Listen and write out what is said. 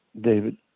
David